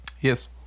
Yes